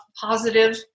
positive